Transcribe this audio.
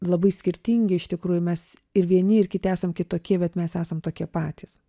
labai skirtingi iš tikrųjų mes ir vieni ir kiti esam kitokie bet mes esam tokie patys